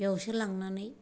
बेयावसो लांनानै